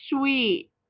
sweet